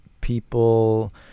people